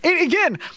again –